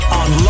on